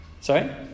Sorry